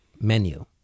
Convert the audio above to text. menu